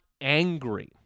angry